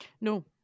no